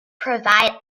provide